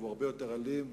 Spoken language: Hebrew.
הוא הרבה יותר אלים,